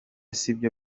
sibyo